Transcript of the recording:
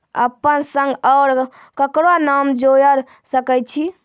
अपन संग आर ककरो नाम जोयर सकैत छी?